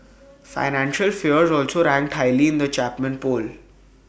financial fears also ranked highly in the Chapman poll